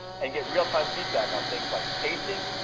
and get real time feedback on things like pacing,